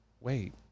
wait